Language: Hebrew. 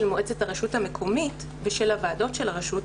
מועצת הרשות המקומית ושל הוועדות של הרשות,